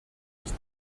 des